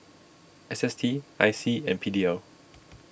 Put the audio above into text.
S S T I C and P D L